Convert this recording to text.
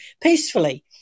peacefully